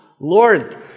Lord